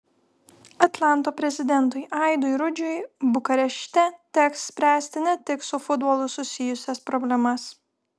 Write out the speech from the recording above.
atlanto prezidentui aidui rudžiui bukarešte teks spręsti ne tik su futbolu susijusias problemas